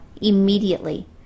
immediately